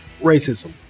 racism